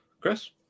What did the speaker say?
Chris